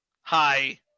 Hi